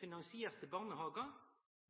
finansierte barnehagar –